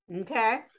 Okay